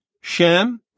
Shem